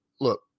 look